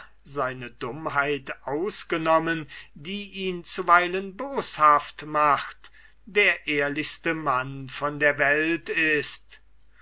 seine dummheit aus genommen die ihm zuweilen boshaft macht der ehrlichste mann von der welt ist